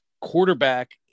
quarterback